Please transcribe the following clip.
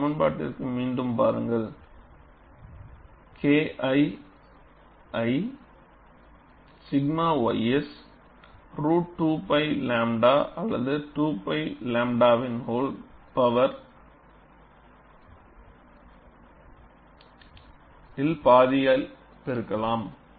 அந்த சமன்பாட்டிற்குத் மீண்டும் பாருங்கள் Kl ஐ 𝛔 ys ரூட் 2 π 𝝺 அல்லது 2 π 𝝺வின் வோல் பவர் பாதியால் பெருக்கலாம்